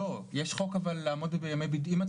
אם אתה